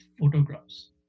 photographs